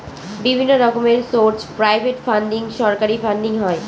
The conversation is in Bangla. বিভিন্ন রকমের সোর্স প্রাইভেট ফান্ডিং, সরকারি ফান্ডিং হয়